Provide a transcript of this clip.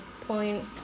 point